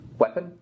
Weapon